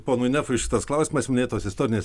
ponui nefui šitas klausimas minėtos istorinės